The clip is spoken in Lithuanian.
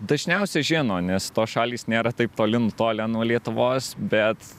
dažniausiai žino nes tos šalys nėra taip toli nutolę nuo lietuvos bet